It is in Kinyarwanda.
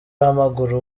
w’amaguru